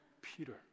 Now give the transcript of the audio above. Peter